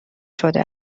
شده